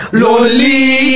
lonely